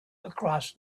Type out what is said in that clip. across